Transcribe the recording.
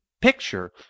picture